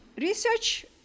Research